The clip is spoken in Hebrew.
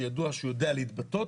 שידוע שהוא יודע להתבטא,